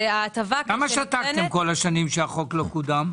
למה שתקתם כל השנים שהחוק לא קודם?